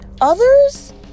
Others